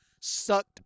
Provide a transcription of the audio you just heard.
sucked